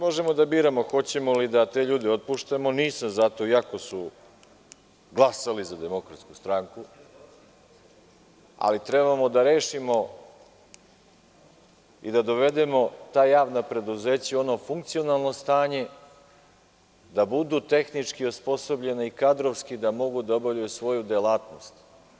Možemo da biramo da li ćemo te ljude da otpuštamo, nisam za to iako su glasali za DS, ali trebamo da rešimo i da dovedemo ta javna preduzeća u ono funkcionalno stanje da budu tehnički osposobljena i kadrovski da bi mogli da obavljaju svoju delatnost.